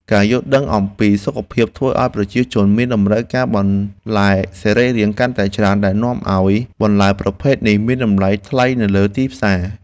ការយល់ដឹងអំពីសុខភាពធ្វើឱ្យប្រជាជនមានតម្រូវការបន្លែសរីរាង្គកាន់តែច្រើនដែលនាំឱ្យបន្លែប្រភេទនេះមានតម្លៃថ្លៃនៅលើទីផ្សារ។